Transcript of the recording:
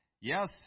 Yes